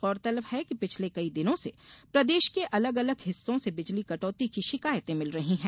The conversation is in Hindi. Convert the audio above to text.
गौरतलब है कि पिछले कई दिनों से प्रदेश के अलग अलग हिस्सों से बिजली कटौती की शिकायतें मिल रही हैं